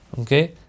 okay